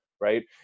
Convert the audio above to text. Right